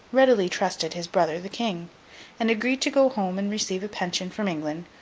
readily trusted his brother, the king and agreed to go home and receive a pension from england,